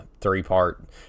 three-part